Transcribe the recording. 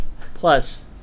plus